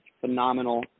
phenomenal